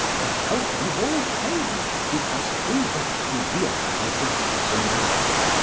and welcomes all pain, because through that he realises his personality,